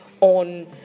on